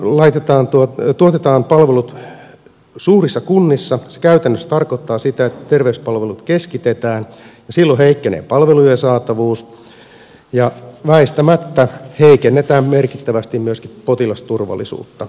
silloin kun tuotetaan palvelut suurissa kunnissa se käytännössä tarkoittaa sitä että terveyspalvelut keskitetään ja silloin heikkenee palvelujen saatavuus ja väistämättä heikennetään merkittävästi myöskin potilasturvallisuutta